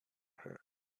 her